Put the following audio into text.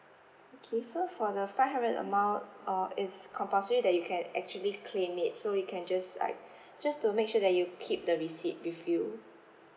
okay so for the five hundred amount uh is compulsory that you can actually claim it so you can just like just to make sure that you keep the receipt with you